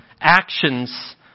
actions